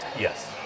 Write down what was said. Yes